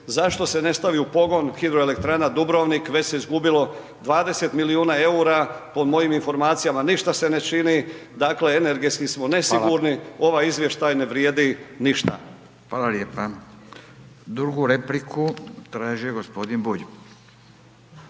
Zašto se ne stavi u pogon Hidroelektrana Dubrovnik? Već se izgubilo 20 milijuna eura, po mojim informacijama, ništa se ne čini. Dakle, energetski smo nesigurni, ovaj izvještaj ne vrijedi ništa. **Radin, Furio (Nezavisni)** Hvala lijepo. Drugu repliku traži gospodin Bulj.